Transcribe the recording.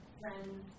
friends